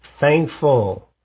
thankful